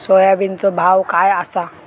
सोयाबीनचो भाव काय आसा?